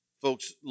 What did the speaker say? Folks